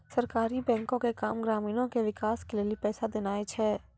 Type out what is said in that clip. सहकारी बैंको के काम ग्रामीणो के विकास के लेली पैसा देनाय छै